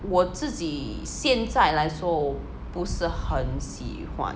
我自己现在来说不是很喜欢